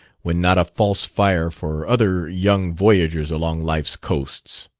when not a false fire for other young voyagers along life's coasts.